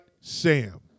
Sam